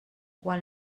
quan